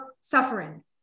suffering